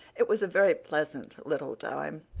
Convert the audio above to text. it was a very pleasant little time,